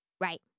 Right